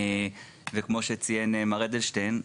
וכמו שציין מר אדלשטיין,